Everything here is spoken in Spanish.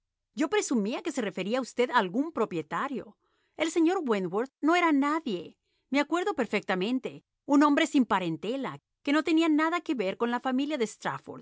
yo presumía que se refería usted a algún propietario el señor wentworth no era nadie me acuerdo perfectamente un hombre sin parentela que no tenía nada que ver con la familia de